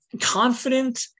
confident